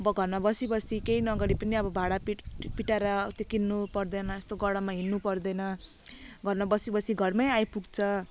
अब घरमा बसी बसी के नगरी पनि अब भाडा पिट पिटाएर त्यो किन्नुपर्दैन यस्तो गरममा हिँड्नुपर्दैन घरमा बसी बसी घरमै आइपुग्छ